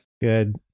Good